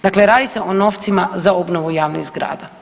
Dakle, radi se o novcima za obnovu javnih zgrada.